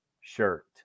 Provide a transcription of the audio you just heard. shirt